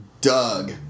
Doug